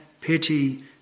pity